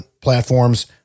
platforms